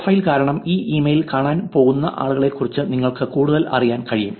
profile കാരണം ഈ email കാണാൻ പോകുന്ന ആളുകളെക്കുറിച്ച് നിങ്ങൾക്ക് കൂടുതൽ അറിയാൻ കഴിയും